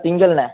திங்கள்ண்ணே